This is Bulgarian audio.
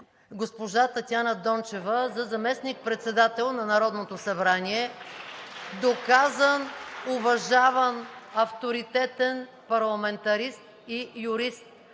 госпожа Татяна Дончева за заместник-председател на Народното събрание – доказан, уважаван, авторитетен парламентарист и юрист.